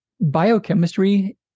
biochemistry